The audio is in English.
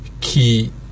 key